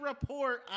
report